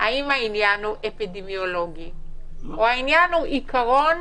אם העניין הוא אפידמיולוגי או העניין הוא עיקרון